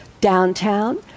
downtown